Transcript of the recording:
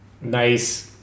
Nice